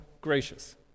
gracious